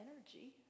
energy